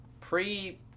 pre